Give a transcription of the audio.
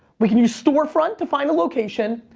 we can use storefront to find the location.